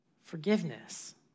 forgiveness